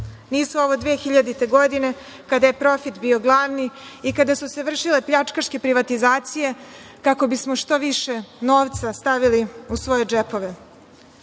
Nisu ovo dvehiljadite godine kada je profit bio glavni i kada su se vršile pljačkaške privatizacije kako bismo što više novca stavili u svoje džepove. Ovo